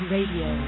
Radio